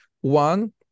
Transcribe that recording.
One